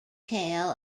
tail